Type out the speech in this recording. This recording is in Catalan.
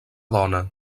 dona